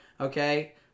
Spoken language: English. okay